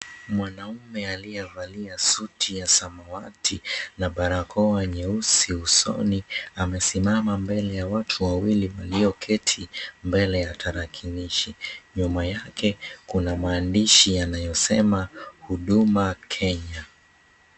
Mwanaume aliyevalia suti ya samawati na barakoa nyeusi usoni, amesimama mbele ya watu wawili walioketi mbele ya tarakilishi. Nyuma yake kuna maandishi yanayosema, Huduma Kenya.